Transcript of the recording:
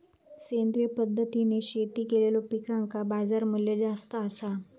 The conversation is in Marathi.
सेंद्रिय पद्धतीने शेती केलेलो पिकांका बाजारमूल्य जास्त आसा